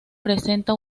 presenta